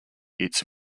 its